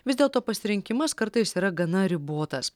vis dėlto pasirinkimas kartais yra gana ribotas